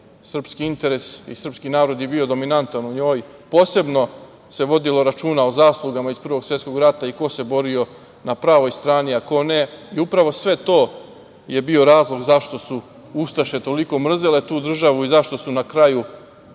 srpski interes, i srpski narod je bio dominantan u njoj, posebno se vodilo računa o zaslugama iz Prvog svetskog rata i ko se borio na pravoj strani, a ko ne.I upravo sve to je bio razlog zašto su ustaše toliko mrzele tu državu i zašto su na kraju